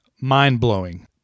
mind-blowing